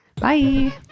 Bye